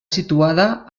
situada